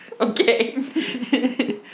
Okay